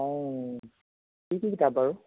অ' কি কি কিতাপ বাৰু